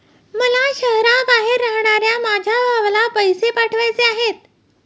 मला शहराबाहेर राहणाऱ्या माझ्या भावाला पैसे पाठवायचे आहेत